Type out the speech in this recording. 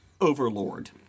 Overlord